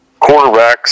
Quarterbacks